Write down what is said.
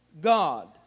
God